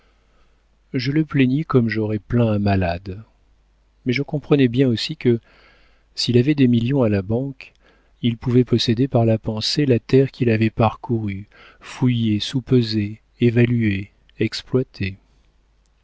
je le plaignis comme j'aurais plaint un malade mais je comprenais bien aussi que s'il avait des millions à la banque il pouvait posséder par la pensée la terre qu'il avait parcourue fouillée soupesée évaluée exploitée